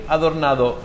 Adornado